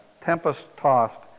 tempest-tossed